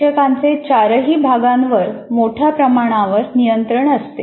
शिक्षकाचे चारही भागांवर मोठ्या प्रमाणावर नियंत्रण असते